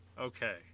Okay